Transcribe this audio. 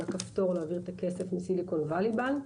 הכפתור להעביר את הכסף מסיליקון ואלי בנק.